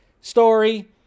story